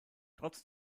trotz